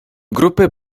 grupy